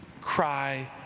cry